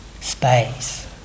space